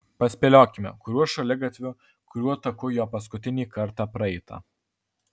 paspėliokime kuriuo šaligatviu kuriuo taku jo paskutinį kartą praeita